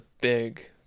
big